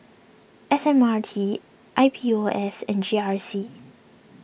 S M R T I P O S and G R C